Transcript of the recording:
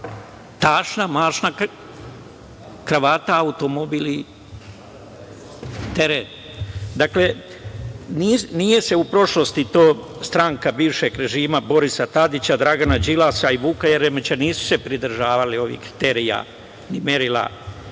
Tašna, mašna, kravata, automobili i teren. Dakle, nije se u prošlosti stranka bivšeg režima Borisa Tadića, Dragana Đilasa i Vuka Jeremića, nisu se pridržavali ovih kriterijuma, ni merila koji